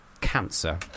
cancer